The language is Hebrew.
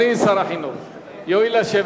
יואיל לשבת.